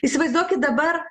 įsivaizduokit dabar